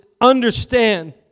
understand